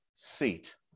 Seat